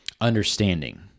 understanding